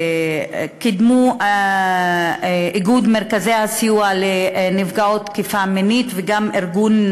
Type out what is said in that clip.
שקידמו איגוד מרכזי הסיוע לנפגעות תקיפה מינית וגם ארגון